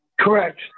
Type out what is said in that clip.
Correct